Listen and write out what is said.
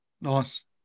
Nice